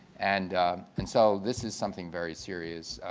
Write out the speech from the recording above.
and and so this is something very serious.